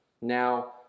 Now